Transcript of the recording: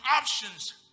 options